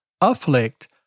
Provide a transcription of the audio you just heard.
afflict